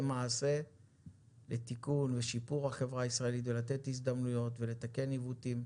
מעשה לתיקון ושיפור החברה הישראלית ולתת הזדמנויות ולתקן עיוותים,